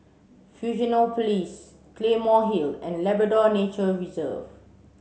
Fusionopolis Place Claymore Hill and Labrador Nature Reserve